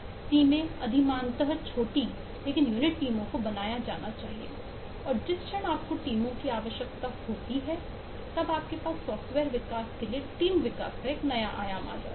टीमें अधिमानतः छोटी लेकिन यूनिट टीमों को बनाया जाना चाहिए और जिस क्षण आपको टीमों की आवश्यकता होती है तब आपके पास सॉफ्टवेयर विकास के लिए टीम विकास का नया आयाम है